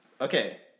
Okay